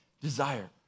desire